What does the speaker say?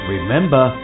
Remember